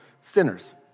sinners